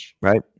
Right